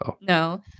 No